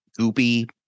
goopy